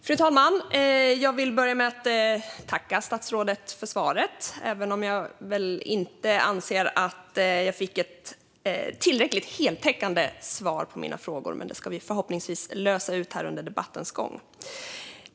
Fru talman! Jag vill börja med att tacka statsrådet för svaret, även om jag väl inte anser att jag fick ett tillräckligt heltäckande svar på mina frågor. Det ska vi förhoppningsvis lösa här under debattens gång.